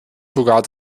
sogar